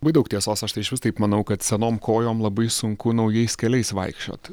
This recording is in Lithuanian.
labai daug tiesos aš tai išvis taip manau kad senom kojom labai sunku naujais keliais vaikščioti